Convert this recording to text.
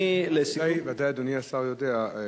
בוודאי אדוני השר יודע,